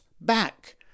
back